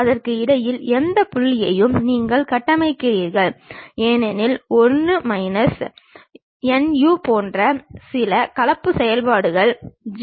அதாவது புள்ளியாக இருந்தால் a' என்றும் கோடாக இருந்தால் a'b' என்றும் குறிக்கப்படுகிறது